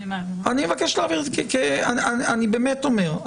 אני באמת אומר,